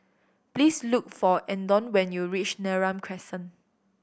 please look for Andon when you reach Neram Crescent